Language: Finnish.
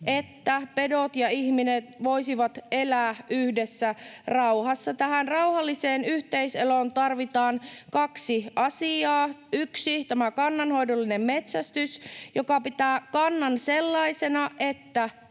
että pedot ja ihminen voisivat elää yhdessä rauhassa. Tähän rauhalliseen yhteiseloon tarvitaan kaksi asiaa: 1) tämä kannanhoidollinen metsästys, joka pitää kannan sellaisena, että